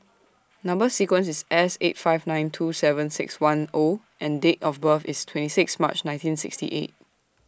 Number sequence IS S eight five nine two seven six one O and Date of birth IS twenty six March nineteen sixty eight